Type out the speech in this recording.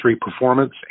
performance